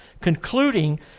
concluding